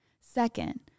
Second